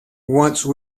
once